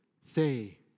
Say